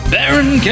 Baron